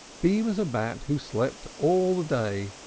b was a bat, who slept all the day,